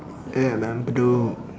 ya man bedok